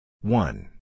One